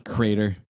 Crater